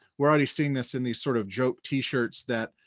we're already seeing this in these sort of joke t shirts that